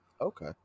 Okay